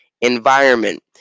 environment